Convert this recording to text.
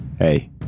Hey